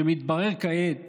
שמתברר כעת